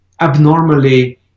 abnormally